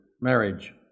marriage